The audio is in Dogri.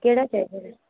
केह्ड़ा चाहिदा तुसें